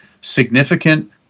significant